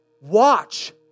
watch